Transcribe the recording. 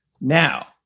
Now